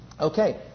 Okay